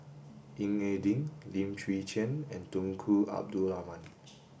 Ying E Ding Lim Chwee Chian and Tunku Abdul Rahman